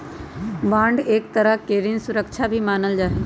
bond के एक तरह के ऋण सुरक्षा भी मानल जा हई